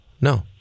No